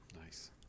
Nice